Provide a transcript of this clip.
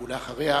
ולאחריה,